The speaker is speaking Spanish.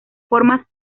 forma